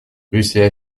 rue